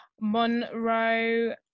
Monroe